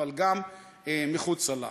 אבל גם מחוצה לה.